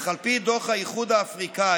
אך על פי דוח האיחוד האפריקני,